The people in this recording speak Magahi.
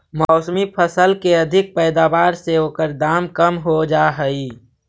मौसमी फसल के अधिक पैदावार से ओकर दाम कम हो जाऽ हइ